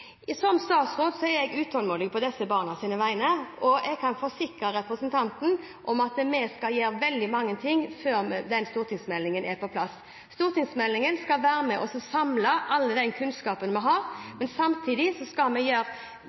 Som statsråd er jeg utålmodig på disse barnas vegne, og jeg kan forsikre representanten om at vi skal gjøre veldig mange ting før den stortingsmeldingen er på plass. Stortingsmeldingen skal være med på å samle all kunnskapen vi har, men samtidig skal vi gjøre